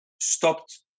stopped